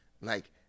Like-